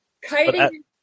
Kiting